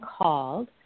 called